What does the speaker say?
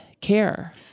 care